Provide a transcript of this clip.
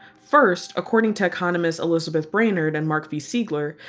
first, according to economists elizabeth brainerd and mark v. siegler,